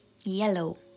yellow